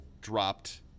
dropped